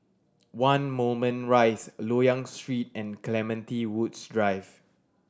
One Moulmein Rise Loyang Street and Clementi Woods Drive